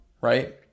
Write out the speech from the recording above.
right